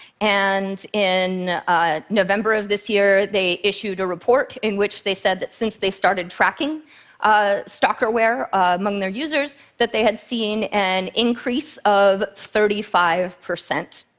and in november of this year, they issued a report in which they said that since they started tracking ah stalkerware among their users that they had seen an increase of thirty five percent.